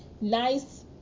nice